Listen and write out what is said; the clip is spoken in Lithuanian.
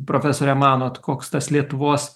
profesore manot koks tas lietuvos